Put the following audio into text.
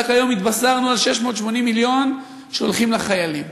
רק היום התבשרנו על 680 מיליון שהולכים לחיילים.